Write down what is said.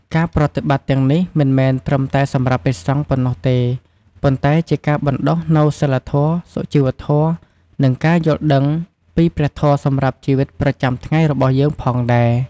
ការប្រតិបត្តិទាំងនេះមិនមែនត្រឹមតែសម្រាប់ព្រះសង្ឃប៉ុណ្ណោះទេ ប៉ុន្តែជាការបណ្តុះនូវសីលធម៌ សុជីវធម៌ និងការយល់ដឹងពីព្រះធម៌សម្រាប់ជីវិតប្រចាំថ្ងៃរបស់យើងផងដែរ។